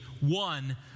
One